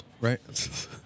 right